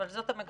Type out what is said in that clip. אבל זאת המגמה.